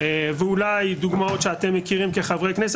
ואולי דוגמאות שאתם מכירים כחברי כנסת